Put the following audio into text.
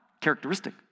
characteristic